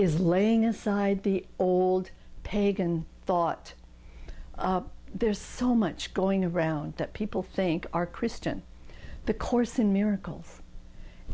is laying aside the old pagan thought there's so much going around that people think are christian the course in miracles